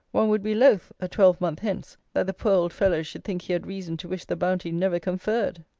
one would be loth, a twelvemonth hence, that the poor old fellow should think he had reason to wish the bounty never conferred.